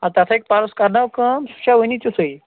اَدٕ تَتھَے پَرُس کَرنٲو کٲم سُہ چھا وٕنہِ تِیُتھُے